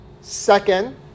Second